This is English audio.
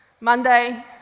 Monday